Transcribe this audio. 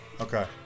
okay